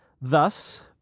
Thus